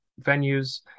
venues